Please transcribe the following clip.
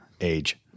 age